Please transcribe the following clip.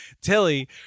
Tilly